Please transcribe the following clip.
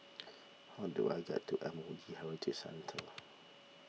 how do I get to M O E Heritage Centre